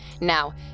Now